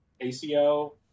ACO